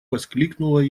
воскликнула